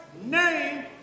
name